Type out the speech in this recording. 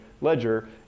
ledger